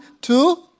two